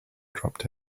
dropped